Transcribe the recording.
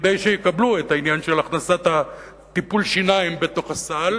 כדי שיקבלו את העניין של הכנסת טיפול השיניים בתוך הסל,